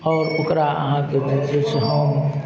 आओर ओकरा अहाँके जे छै से हम